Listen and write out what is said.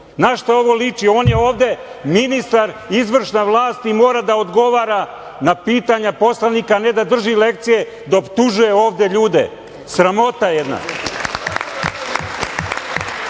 Na šta ovo liči? On je ovde ministar i izvršna vlast i mora da odgovara na pitanja poslanika a ne da drži lekcije i da optužuje ovde ljude, sramota jedna.